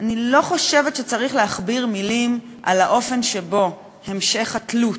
אני לא חושבת שצריך להכביר מילים על האופן שבו המשך התלות,